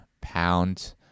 pound